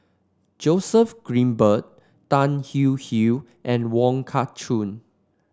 Joseph Grimberg Tan Hwee Hwee and Wong Kah Chun